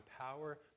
power